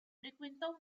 frequentò